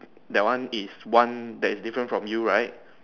that one is one that is different from you right